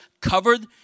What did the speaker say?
covered